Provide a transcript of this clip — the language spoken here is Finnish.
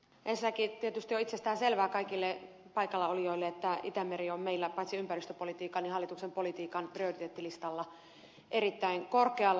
ensinnäkin on tietysti itsestäänselvää kaikille paikalla olijoille että itämeri on meillä paitsi ympäristöpolitiikan myös hallituksen politiikan prioriteettilistalla erittäin korkealla